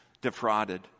defrauded